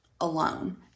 alone